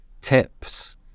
tips